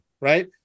right